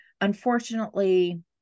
Unfortunately